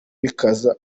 bikaza